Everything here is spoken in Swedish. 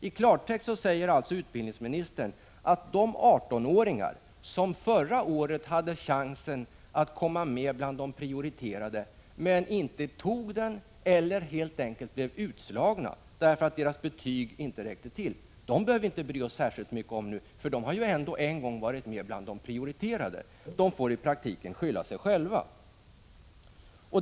I klartext säger alltså utbildningsministern att de 18-åringar, som förra året hade chansen att komma med bland de prioriterade men som inte tog den chansen eller helt enkelt blev utslagna därför att deras betyg inte räckte till, behöver vi inte bry oss särskilt mycket om nu, eftersom de en gång har varit med bland de prioriterade och i praktiken får skylla sig själva.